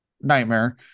Nightmare